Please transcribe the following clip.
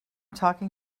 talking